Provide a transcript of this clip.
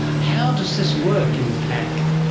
how does this work in fact?